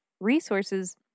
resources